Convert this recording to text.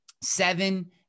seven